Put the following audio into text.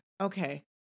Okay